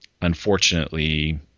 unfortunately